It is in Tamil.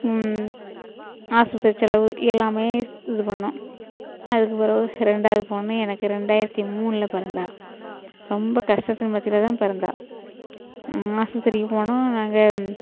ஆஸ்பத்திரி செலவு எல்லாமே இது பண்ணிணோம் அதுக்கு பிறவு ரெண்டாவது பொண்ணு எனக்கு ரெண்டாயிரத்து மூணில் பிறந்தா ரொம்ப கஷ்டத்துக்கு மத்தியில் தான் பிறந்தா ஆஸ்பத்திரிக்கு போனாேம் அங்கே